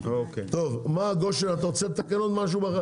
טוב מה גושן אתה רוצה לתקן עוד משהו?